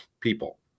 People